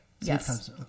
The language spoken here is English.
Yes